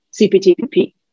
CPTPP